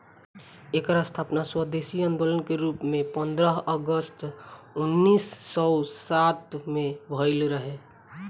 एकर स्थापना स्वदेशी आन्दोलन के रूप में पन्द्रह अगस्त उन्नीस सौ सात में भइल रहे